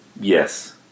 Yes